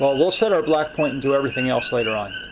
but we'll set our black point and do everything else later on.